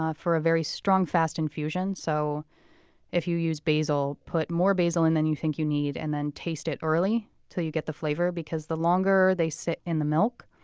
ah for a very strong, fast infusion, so if you use basil, put more basil in than you think you need and then taste it early until you get the flavor. the longer they sit in the milk,